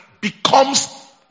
becomes